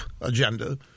agenda